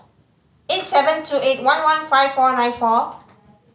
eight seven two eight one one five four nine four